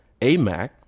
AMAC